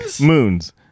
Moons